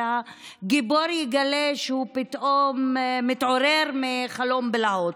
הגיבור יגלה שהוא פתאום מתעורר מחלום בלהות.